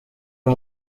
uyu